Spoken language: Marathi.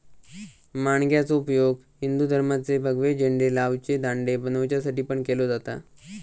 माणग्याचो उपयोग हिंदू धर्माचे भगवे झेंडे लावचे दांडे बनवच्यासाठी पण केलो जाता